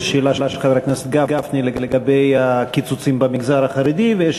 יש שאלה של חבר הכנסת גפני לגבי הקיצוצים במגזר החרדי ויש